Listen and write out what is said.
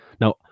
now